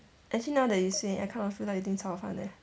actually now that you say I kind of feel like eating 炒饭 eh